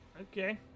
Okay